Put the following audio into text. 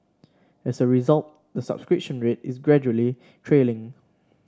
as a result the subscription rate is gradually trailing